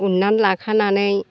उननानै लाखानानै